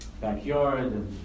backyard